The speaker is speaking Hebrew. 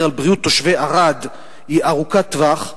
על בריאות תושבי ערד היא ארוכת טווח,